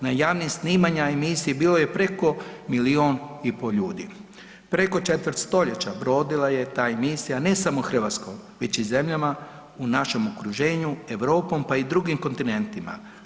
Na javnim snimanjima emisije bilo je preko milijun i pol ljudi. preko četvrt stoljeća, brodila je ta emisija ne samo Hrvatskom već i zemljama u našem okruženju, Europom pa i drugim kontinentima.